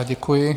Děkuji.